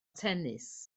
tennis